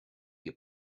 your